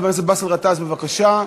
חבר הכנסת באסל גטאס, בבקשה.